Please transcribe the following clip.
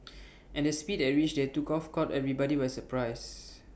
and the speed at rich they took off caught everybody by surprise